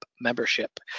membership